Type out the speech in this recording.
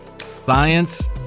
Science